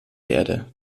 erde